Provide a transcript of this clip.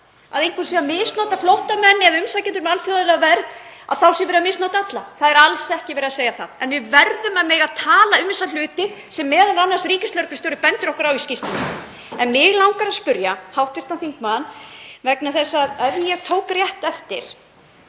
að einhver sé að misnota flóttamenn eða umsækjendur um alþjóðlega vernd, að þá sé verið að misnota alla. Það er alls ekki verið að segja það. En við verðum að mega tala um þessa hluti sem m.a. ríkislögreglustjóri bendir okkur á í skýrslunni. En mig langar að spyrja hv. þingmann, vegna þess að ef ég tók rétt eftir